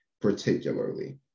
particularly